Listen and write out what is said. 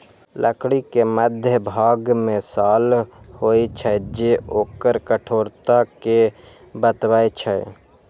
लकड़ी के मध्यभाग मे साल होइ छै, जे ओकर कठोरता कें बतबै छै